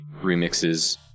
remixes